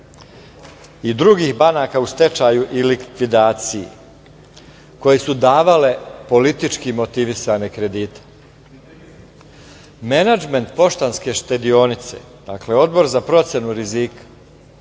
i drugih banaka u stečaju i likvidaciji, koje su davale politički motivisane kredite. Menadžment „Poštanske štedionice“, dakle, Odbor za procenu rizika